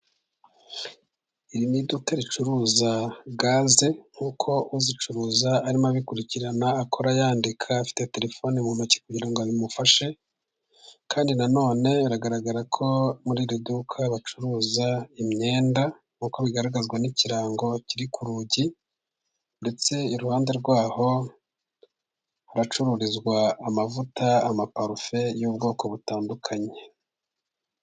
Iri ni iduka ricuruza gaze, nk'uko uzicuruza arimo abikurikirana, akora yandika, afite terefoni mu ntoki kugira ngo bimufashe, kandi nanone biragaragara ko muri iri duka bacuruza imyenda, nk'uko bigaragazwa n'ikirango kiri ku rugi, ndetse iruhande rwaho haracururizwa amavuta, amaparufe y'ubwoko butandukanye.